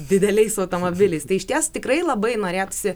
dideliais automobiliais tai išties tikrai labai norėtųsi